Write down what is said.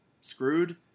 screwed